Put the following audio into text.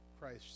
Christ